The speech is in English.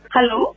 Hello